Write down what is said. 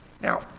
Now